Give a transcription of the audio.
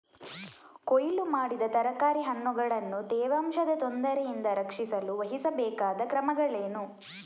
ಕೊಯ್ಲು ಮಾಡಿದ ತರಕಾರಿ ಹಣ್ಣುಗಳನ್ನು ತೇವಾಂಶದ ತೊಂದರೆಯಿಂದ ರಕ್ಷಿಸಲು ವಹಿಸಬೇಕಾದ ಕ್ರಮಗಳೇನು?